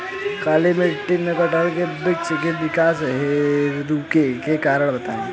काली मिट्टी में कटहल के बृच्छ के विकास रुके के कारण बताई?